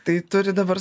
tai turi dabar